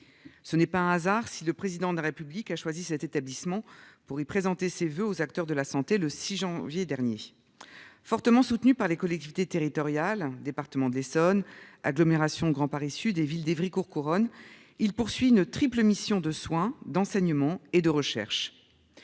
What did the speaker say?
Ce n'est pas un hasard si le président de la République a choisi cet établissement pour y présenter ses voeux aux acteurs de la santé le 6 janvier dernier. Fortement soutenu par les collectivités territoriales, département de l'Essonne agglomération Grand Paris issus des villes d'Evry-Courcouronnes il poursuit une triple mission de soins d'enseignement et de recherche.